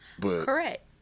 Correct